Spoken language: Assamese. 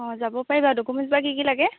অঁ যাব পাৰি বাৰু ডকুমেণ্টছ বা কি কি লাগে